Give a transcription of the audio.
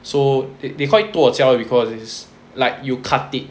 so they call it 剁椒 because it is what it is like you cut it